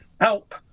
help